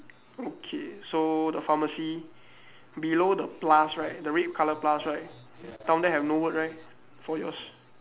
okay so the pharmacy below the plus right the red colour plus right down there have no word right for yours